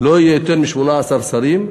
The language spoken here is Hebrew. לא יהיו יותר מ-18 שרים.